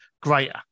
greater